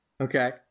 Okay